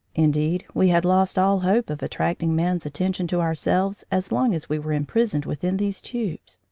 indeed, we had lost all hope of attracting man's attention to ourselves as long as we were imprisoned within these tubes.